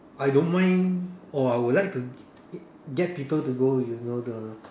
I don't mind or I would like to get people to go you know the